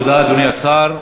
תודה, אדוני השר.